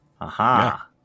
Aha